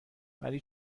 ولی